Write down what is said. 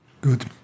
Good